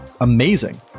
amazing